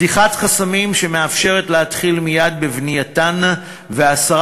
פתיחת חסמים שמאפשרת להתחיל מייד בבנייתן והסרה